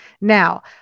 Now